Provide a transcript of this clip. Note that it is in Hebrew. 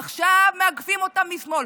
עכשיו מאגפים אותם משמאל.